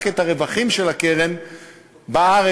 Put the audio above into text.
רק את הרווחים של הקרן בארץ,